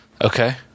okay